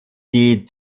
die